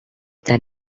than